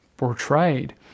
portrayed